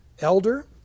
elder